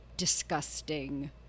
disgusting